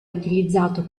utilizzato